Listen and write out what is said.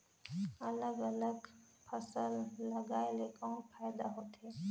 अलग अलग फसल लगाय ले कौन फायदा होथे?